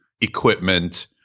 equipment